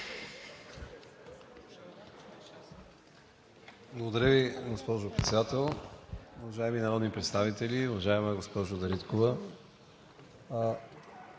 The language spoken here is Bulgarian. Благодаря Ви, госпожо Председател. Уважаеми народни представители, уважаема госпожо Дариткова!